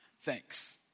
thanks